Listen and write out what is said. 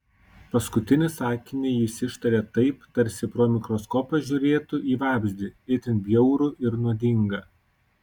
paskutinį sakinį jis ištarė taip tarsi pro mikroskopą žiūrėtų į vabzdį itin bjaurų ir nuodingą